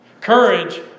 Courage